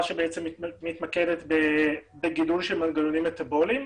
שבעצם מתמקדת בגידול של מנגנונים מטאבוליים.